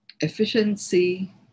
Efficiency